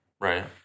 right